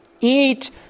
Eat